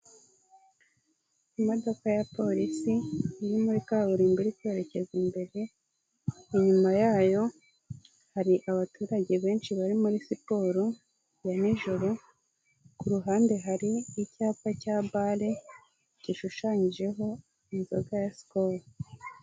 Imodoka ya polisi iri muri kaburimbo iri kwerekeza imbere, inyuma yayo hari abaturage benshi bari muri siporo ya nijoro, ku ruhande hari icyapa cya bare gishushanyijeho inzoga ya skol.